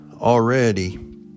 already